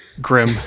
Grim